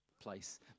place